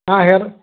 ಹಾಂ ಹೇಳ್ರಿ